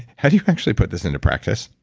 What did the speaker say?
how do you actually put this into practice?